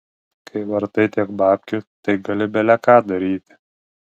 kai vartai tiek babkių tai gali bele ką daryti